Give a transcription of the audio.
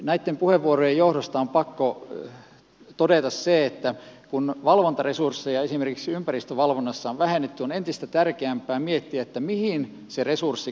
näitten puheenvuorojen johdosta on pakko todeta se että kun valvontaresursseja esimerkiksi ympäristövalvonnassa on vähennetty on entistä tärkeämpää miettiä mihin se resurssi kohdennetaan